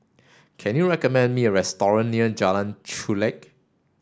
can you recommend me a restaurant near Jalan Chulek